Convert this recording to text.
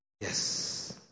Yes